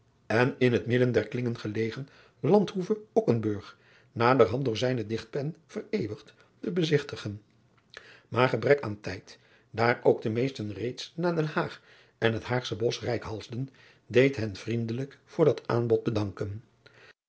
en in het midden der klingen gelegen andhoeve kkenburg naderhand door zijne dichtpen vereeuwigd te bezigtigen maar gebrek aan tijd daar ook de meesten reeds naar den aag en het aagsche osch reikhalsden deed hen vriendelijk voor dat aanbod bedanken